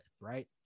right